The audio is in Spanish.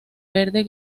verde